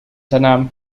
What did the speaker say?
تنام